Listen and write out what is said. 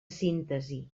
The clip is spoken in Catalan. síntesi